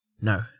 No